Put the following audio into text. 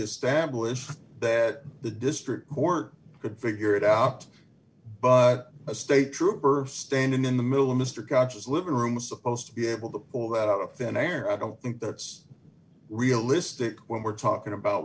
established that the district court could figure it out but a state trooper standing in the middle mr conscious living room was supposed to be able to pull that out of thin air i don't think that's realistic when we're talking about